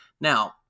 Now